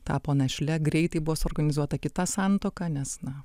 tapo našle greitai buvo suorganizuota kita santuoka nes na